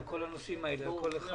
על כל אחד מהנושאים האלה בנפרד.